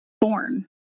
born